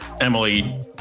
Emily